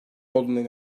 olduğuna